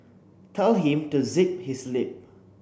tell him to zip his lip